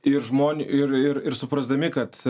ir žmonės ir ir ir suprasdami kad